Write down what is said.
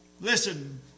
listen